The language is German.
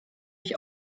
mich